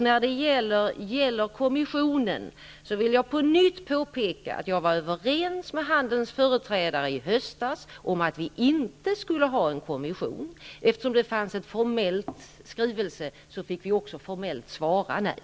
När det gäller kommissionen vill jag på nytt påpeka att jag i höstas var överens med handelns företrädare om att vi inte skall ha en kommission. Eftersom det fanns en formell skrivelse fick vi också formellt svara nej.